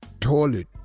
toilet